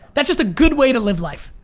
that's just a good way to live life.